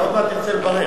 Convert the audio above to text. אתה עוד מעט תרצה לברך.